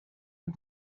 and